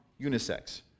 unisex